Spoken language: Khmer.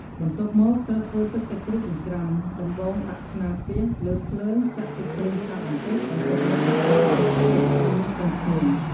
បន្ទាប់មក ត្រូវធ្វើទឹកសាច់ជ្រូកចិញ្ច្រាំ ដំបូងដាក់ឆ្នាំងខ្ទះលើភ្លើង ចាក់ទឹកប្រេងឆាបន្តិច បន្ទាប់មកបំពងខ្ទឹមសឲ្យឆ្អិនមានក្លិនឈ្ងុយ។